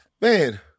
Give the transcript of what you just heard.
Man